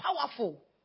powerful